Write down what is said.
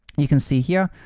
you can see here,